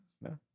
No